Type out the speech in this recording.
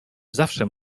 zawsze